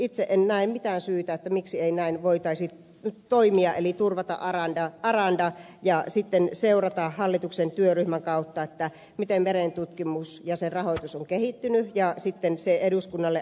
itse en näe mitään syytä miksi ei näin voitaisi toimia eli turvata aranda ja sitten seurata hallituksen työryhmän kautta miten merentutkimus ja sen rahoitus ovat kehittyneet ja sitten se eduskunnalle antaa